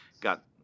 got